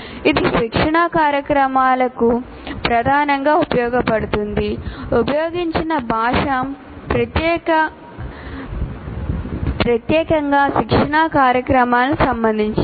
ఇది శిక్షణా కార్యక్రమాలకు ప్రధానంగా ఉపయోగించబడుతుంది ఉపయోగించిన భాష ప్రత్యేకంగా శిక్షణా కార్యక్రమాలకు సంబంధించినది